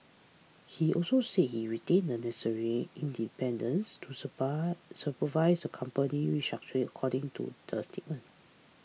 he also said he retains the necessary independence to supervise the company's restructuring according to the statement